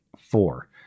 four